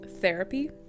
therapy